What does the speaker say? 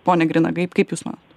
pone grina kaip kaip jūs manot